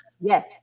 Yes